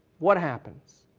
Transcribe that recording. what happens?